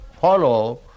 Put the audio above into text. follow